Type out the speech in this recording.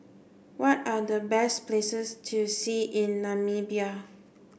what are the best places to see in Namibia